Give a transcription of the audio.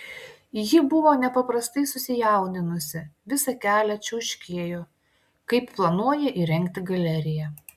ji buvo nepaprastai susijaudinusi visą kelią čiauškėjo kaip planuoja įrengti galeriją